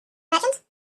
merchant